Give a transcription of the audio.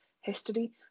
history